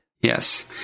Yes